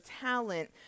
talent